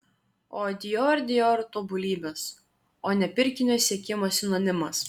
o dior dior tobulybės o ne pirkinio siekimo sinonimas